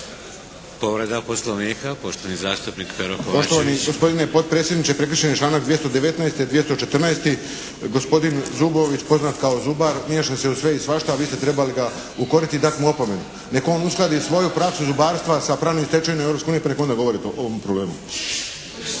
Povreda Poslovnika, poštovani zastupnik Pero Kovačević.